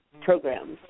programs